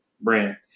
brand